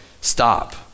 stop